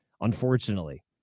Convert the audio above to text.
unfortunately